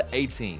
18